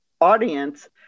audience